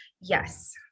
Yes